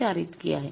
४ इतकी आहे